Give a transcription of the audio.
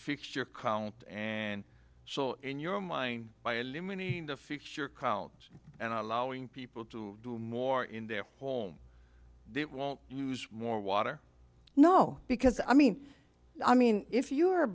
fixture count and so in your mind by eliminating the fixture count and allowing people to do more in their home it won't use more water no because i mean i mean if you